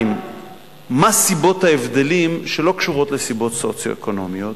מה סיבות ההבדלים שלא קשורות לסיבות סוציו-אקונומיות,